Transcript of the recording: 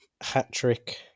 Hat-trick